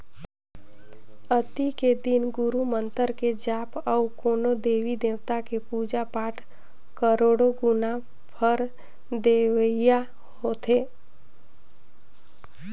अक्ती के दिन गुरू मंतर के जाप अउ कोनो देवी देवता के पुजा पाठ करोड़ो गुना फर देवइया होथे